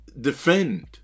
defend